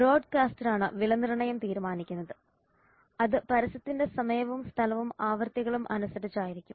ബ്രോഡ്കാസ്റ്ററാണ് വിലനിർണ്ണയം തീരുമാനിക്കുന്നത് അത് പരസ്യത്തിന്റെ സമയവും സ്ഥലവും ആവൃത്തികളും അനുസരിച്ചായിരിക്കും